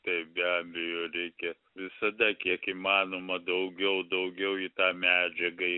tai be abejo reikia visada kiek įmanoma daugiau daugiau į tą medžiagą